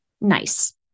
Nice